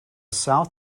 south